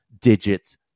digits